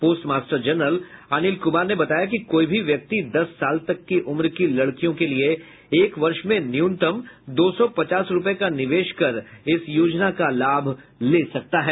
postmaster general Anil Kumar ने बताया कि कोई भी व्यक्ति दस साल तक के उम्र की लड़कियों के लिये एक वर्ष में न्यूनतम दो सौ पचास रूपये का निवेश इस योजना का लाभ ले सकता है